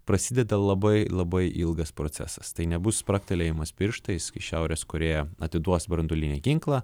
prasideda labai labai ilgas procesas tai nebus spragtelėjimas pirštais kai šiaurės korėja atiduos branduolinį ginklą